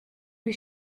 lui